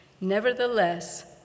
Nevertheless